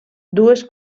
dues